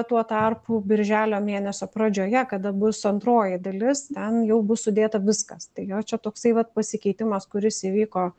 tuo tarpu birželio mėnesio pradžioje kada bus antroji dalis ten jau bus sudėta viskas tai jo čia toksai vat pasikeitimas kuris įvyko